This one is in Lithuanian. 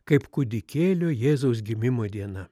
kaip kūdikėlio jėzaus gimimo diena